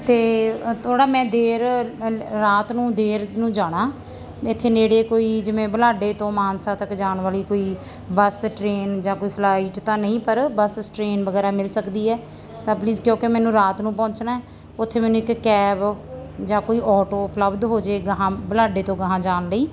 ਅਤੇ ਥੋੜ੍ਹਾ ਮੈਂ ਦੇਰ ਰਾਤ ਨੂੰ ਦੇਰ ਨੂੰ ਜਾਣਾ ਇੱਥੇ ਨੇੜੇ ਕੋਈ ਜਿਵੇਂ ਬਲਾਡੇ ਤੋਂ ਮਾਨਸਾ ਤੱਕ ਜਾਣ ਵਾਲੀ ਕੋਈ ਬੱਸ ਟ੍ਰੇਨ ਜਾਂ ਕੋਈ ਫਲਾਈਟ ਤਾਂ ਨਹੀਂ ਪਰ ਬਸਸ ਟਰੇਨ ਵਗੈਰਾ ਮਿਲ ਸਕਦੀ ਹੈ ਤਾਂ ਪਲੀਜ਼ ਕਿਉਂਕਿ ਮੈਨੂੰ ਰਾਤ ਨੂੰ ਪਹੁੰਚਣਾ ਹੈ ਉੱਥੇ ਮੈਨੂੰ ਇੱਕ ਕੈਬ ਜਾਂ ਕੋਈ ਆਟੋ ਉਪਲਬਧ ਹੋਜੇ ਗਾਹਾਂ ਬਲਾਡੇ ਤੋਂ ਗਾਹਾ ਜਾਣ ਲਈ